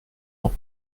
ans